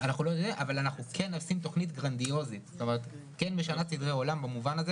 אנחנו כן עושים תוכנית גרנדיוזית ומשנת סדרי עולם במובן הזה